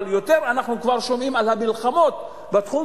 אבל יותר אנחנו כבר שומעים על המלחמות בתחום